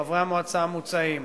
חברי המועצה המוצעים: